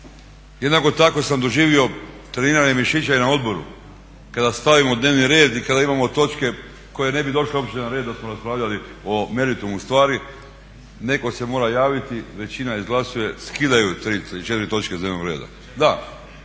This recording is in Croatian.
Jednako tako sam doživio treniranje mišića i na odboru kada stavimo u dnevni red i kada imamo točke koje ne bi došle uopće na red da smo raspravljali o meritumu stvari, netko se mora javiti, većina izglasuje, skidaju 3, 4 točke s dnevnog reda.